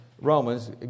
Romans